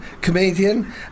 Comedian